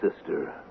sister